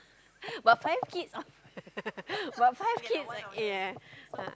but five kids but five kids like ya uh